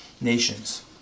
nations